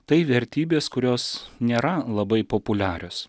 tai vertybės kurios nėra labai populiarios